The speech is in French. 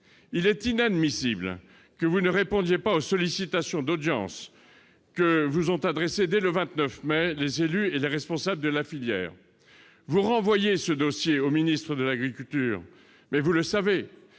Il est inadmissible que vous ne répondiez pas aux demandes d'audience que vous ont adressées dès le 29 mai les élus et les responsables de la filière. Vous renvoyez ce dossier au ministre de l'agriculture, alors que,